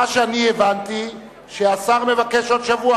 מה שאני הבנתי הוא שהשר מבקש עוד שבוע.